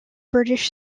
british